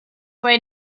way